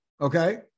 okay